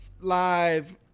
live